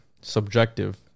subjective